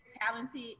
talented